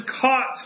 caught